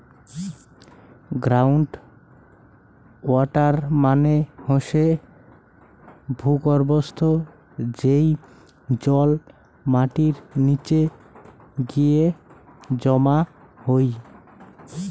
ground water মানে হসে ভূর্গভস্থ, যেই জল মাটির নিচে গিয়ে জমা হই